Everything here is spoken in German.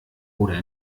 oder